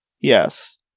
Yes